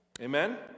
Amen